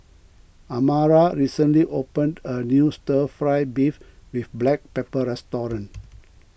Amara recently opened a new Stir Fry Beef with Black Pepper restaurant